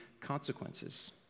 consequences